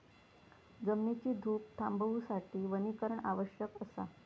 जमिनीची धूप थांबवूसाठी वनीकरण आवश्यक असा